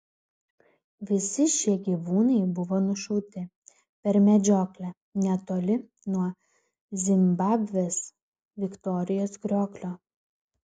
visi šie gyvūnai buvo nušauti per medžioklę netoli nuo zimbabvės viktorijos krioklio